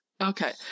Okay